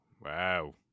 Wow